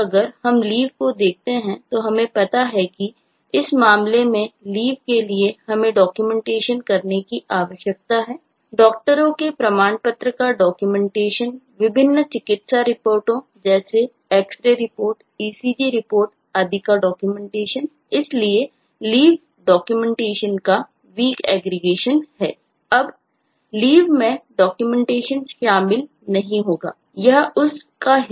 अब Leave में Documentation शामिल नहीं होगा यह उस का हिस्सा नहीं है